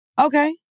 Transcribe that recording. Okay